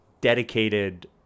dedicated